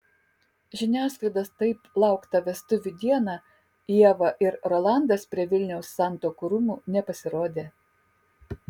žiniasklaidos taip lauktą vestuvių dieną ieva ir rolandas prie vilniaus santuokų rūmų nepasirodė